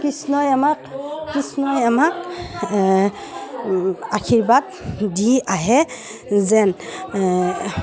কৃষ্ণই আমাক কৃষ্ণই আমাক আশীৰ্বাদ দি আহে যেন